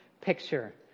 picture